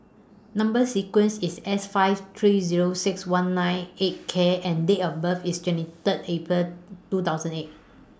Number sequence IS S five three Zero six one nine eight K and Date of birth IS twenty Third April two thousand and eight